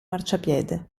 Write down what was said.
marciapiede